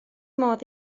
modd